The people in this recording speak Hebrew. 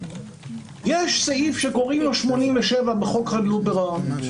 יש סעיף 87 בחוק חדלות פירעון,